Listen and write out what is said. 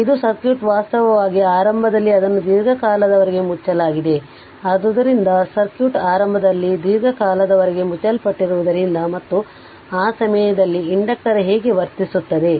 ಆದ್ದರಿಂದಇದು circuit ವಾಸ್ತವವಾಗಿ ಆರಂಭದಲ್ಲಿ ಅದನ್ನು ದೀರ್ಘಕಾಲದವರೆಗೆ ಮುಚ್ಚಲಾಯಿತುಆದ್ದರಿಂದ ಸರ್ಕ್ಯೂಟ್ ಆರಂಭದಲ್ಲಿ ದೀರ್ಘಕಾಲದವರೆಗೆ ಮುಚ್ಚಲ್ಪಟ್ಟಿದ್ದರಿಂದ ಮತ್ತು ಆ ಸಮಯದಲ್ಲಿ ಇಂಡಕ್ಟರ್ ಹೇಗೆ ವರ್ತಿಸುತ್ತದೆ